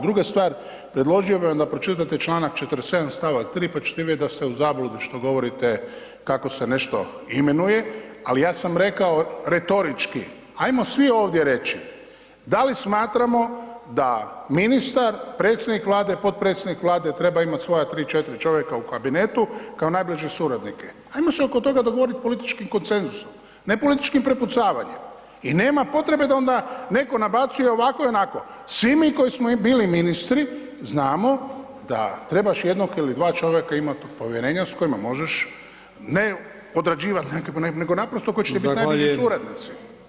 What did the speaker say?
Druga stvar, predložio bi vam da pročitate članak 47., stavak 3., pa će te vidjeti da ste u zabludi što govorite kako se nešto imenuje, ali ja sam rekao retorički ajmo svi ovdje reći da li smatramo da ministar, predsjednik Vlade, potpredsjednik Vlade, treba imat svoja tri, četiri čovjeka u kabinetu kao najbliže suradnike, ajmo se oko toga dogovoriti politički konsenzusom, ne političkim prepucavanjem, i nema potrebe da onda neko nabacuje ovako i onako, svi mi koji smo bili ministri znamo da trebaš jednog ili dva čovjeka imat od povjerenja s kojima možeš, ne odrađivat neke, nego naprosto koji će ti biti najbliži suradnici.